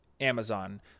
Amazon